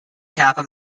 kappa